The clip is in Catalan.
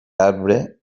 arbre